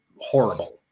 Horrible